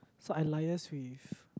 so I liaise with